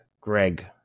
Greg